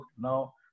now